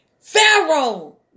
Pharaoh